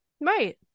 Right